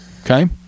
Okay